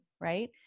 right